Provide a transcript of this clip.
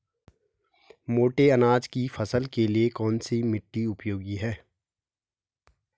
मोटे अनाज की फसल के लिए कौन सी मिट्टी उपयोगी है?